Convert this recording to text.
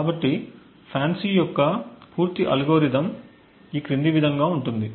కాబట్టి FANCI యొక్క పూర్తి అల్గోరిథం ఈ క్రింది విధంగా ఉంటుంది